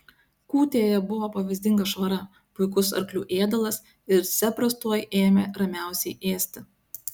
kūtėje buvo pavyzdinga švara puikus arklių ėdalas ir zebras tuoj ėmė ramiausiai ėsti